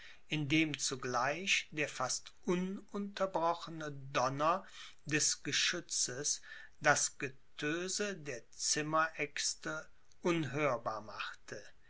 zugleich der fast ununterbrochene donner des geschützes das getöse der zimmeräxte unhörbar machte